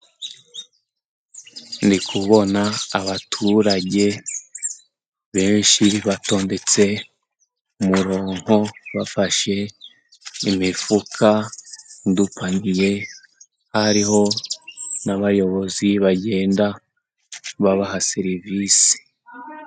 Ndi kubona abaturage benshi batondetse umurongo bafashe imifuka n'udupaniye, hariho n'abayobozi bagenda babaha serivisi.